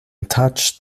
touched